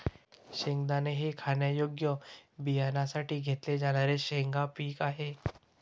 शेंगदाणा हे खाण्यायोग्य बियाण्यांसाठी घेतले जाणारे शेंगा पीक आहे